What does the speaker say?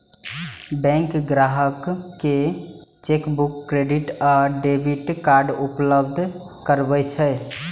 bank ग्राहक कें chequebook, credit आ डेबिट कार्ड उपलब्ध करबै छै